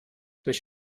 durch